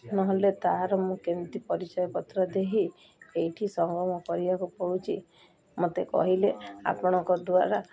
ନହେଲେ ତାହାର ମୁଁ କେମିତି ପରିଚୟ ପତ୍ର ଦେଇ ଏଇଠି ସଂଗମ କରିବାକୁ ପଡ଼ୁଛି ମୋତେ କହିଲେ ଆପଣଙ୍କ ଦ୍ୱାରା